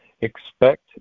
expect